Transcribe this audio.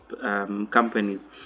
companies